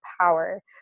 power